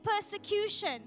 persecution